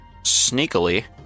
sneakily